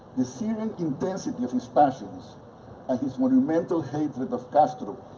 the searing intensity of his passions and his monumental hatred of castro,